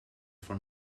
for